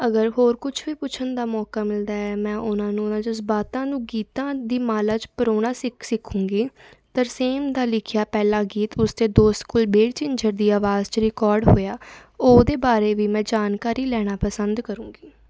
ਅਗਰ ਹੋਰ ਕੁਛ ਵੀ ਪੁੱਛਣ ਦਾ ਮੌਕਾ ਮਿਲਦਾ ਹੈ ਮੈਂ ਉਹਨਾਂ ਨੂੰ ਉਹਨਾਂ ਜਜ਼ਬਾਤਾਂ ਨੂੰ ਗੀਤਾਂ ਦੀ ਮਾਲਾ 'ਚ ਪਰੋਣਾ ਸਿੱਖ ਸਿੱਖਾਂਗੀ ਤਰਸੇਮ ਦਾ ਲਿਖਿਆ ਪਹਿਲਾ ਗੀਤ ਉਸਦੇ ਦੋਸਤ ਕੁਲਬੀਰ ਝਿੰਜਰ ਦੀ ਆਵਾਜ਼ 'ਚ ਰਿਕੋਡ ਹੋਇਆ ਉਹਦੇ ਬਾਰੇ ਵੀ ਮੈਂ ਜਾਣਕਾਰੀ ਲੈਣਾ ਪਸੰਦ ਕਰਾਂਗੀ